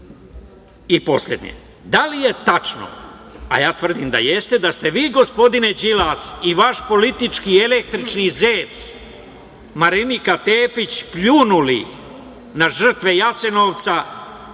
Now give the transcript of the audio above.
pitanje, da li je tačno, a ja tvrdim da jeste, da ste vi gospodine Đilas i vaš politički električni zec Marinika Tepić, pljunuli na žrtve Jasenovca